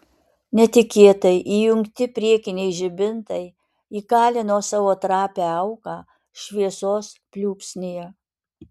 netikėtai įjungti priekiniai žibintai įkalino savo trapią auką šviesos pliūpsnyje